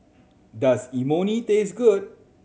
does Imoni taste good